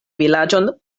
vilaĝon